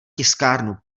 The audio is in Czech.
tiskárnu